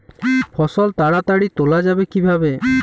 ফসল তাড়াতাড়ি তোলা যাবে কিভাবে?